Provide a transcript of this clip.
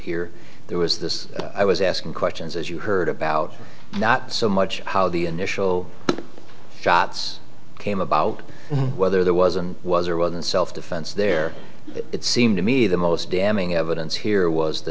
here there was this i was asking questions as you heard about not so much how the initial shots came about whether there was and was or whether in self defense there it seemed to me the most damning evidence here was the